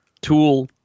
tool